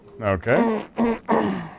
Okay